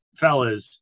fellas